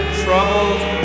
troubled